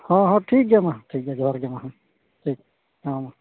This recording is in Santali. ᱦᱮᱸ ᱦᱮᱸ ᱴᱷᱤᱠᱜᱮᱭᱟ ᱢᱟ ᱴᱷᱤᱠᱜᱮᱭᱟ ᱡᱚᱦᱟᱨᱜᱮ ᱴᱷᱤᱠ ᱦᱮᱸ ᱢᱟ